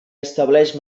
estableix